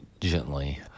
gently